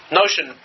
notion